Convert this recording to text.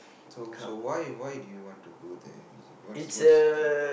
so so why why do you want to go there reason what's what's thing